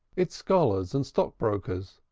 its scholars and stockbrokers,